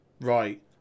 right